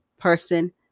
person